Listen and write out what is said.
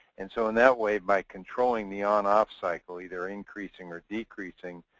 and so in that way, by controlling the on-off cycle, either increasing or decreasing,